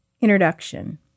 Introduction